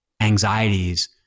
anxieties